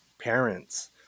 parents